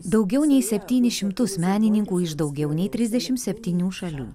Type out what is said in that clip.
daugiau nei septynis šimtus menininkų iš daugiau nei trisdešim septynių šalių